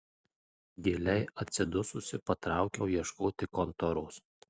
giliai atsidususi patraukiau ieškoti kontoros